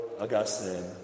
Augustine